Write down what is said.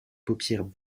paupières